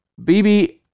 BB